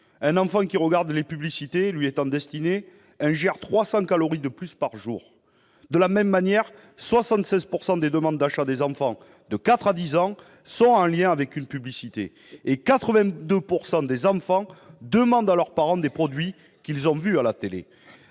Un enfant qui regarde les publicités lui étant destinées ingère 300 calories de plus par jour. De la même manière, 76 % des demandes d'achats des enfants de quatre à dix ans sont en lien avec une publicité, et 82 % des enfants demandent à leurs parents des produits qu'ils ont vus à la